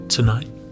Tonight